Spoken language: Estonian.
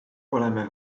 oleme